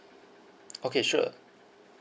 okay sure